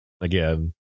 again